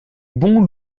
bon